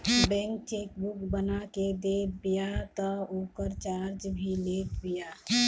bank chequebook बना के देत बिया तअ ओकर चार्ज भी लेत बिया